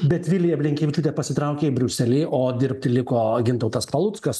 bet vilija blinkevičiūtė pasitraukė į briuselį o dirbti liko gintautas paluckas